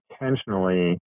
intentionally